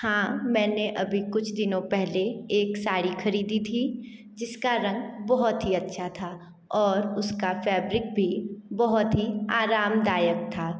हाँ मैंने अभी कुछ दिनों पहले एक साड़ी खरीदी थी जिसका रंग बहुत ही अच्छा था और उसका फैब्रिक भी बहुत ही आराम दायक था